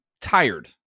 tired